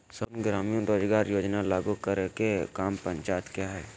सम्पूर्ण ग्रामीण रोजगार योजना लागू करे के काम पंचायत के हय